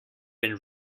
been